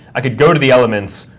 i could go to the elements,